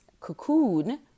cocoon